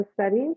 studies